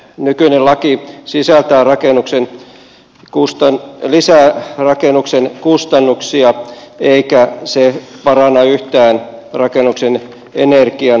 nykyinen laki sisältää lisärakennuksen kustannuksia eikä se paranna yhtään rakennuksen energiansäästöä